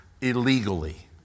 illegally